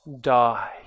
die